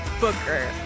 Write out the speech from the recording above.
Booker